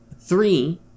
Three